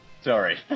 Sorry